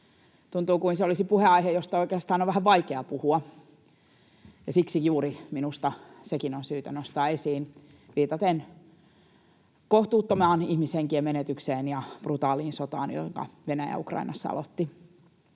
Tuntuu kuin se olisi puheenaihe, josta oikeastaan on vähän vaikea puhua, ja siksi juuri minusta sekin on syytä nostaa esiin viitaten kohtuuttomaan ihmishenkien menetykseen ja brutaaliin sotaan, jonka Venäjän Ukrainassa aloitti.